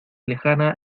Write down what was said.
lejana